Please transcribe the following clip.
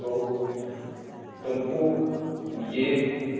तो तुमको ये